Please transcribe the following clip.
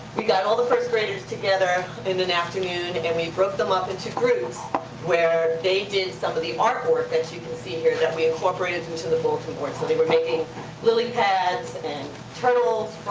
we got all the first-graders together in an afternoon and we broke them up into groups where they did some of the artwork that you can see here, that we incorporated into the bulletin board. so they were making lily pads and turtles,